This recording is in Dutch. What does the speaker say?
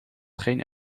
geen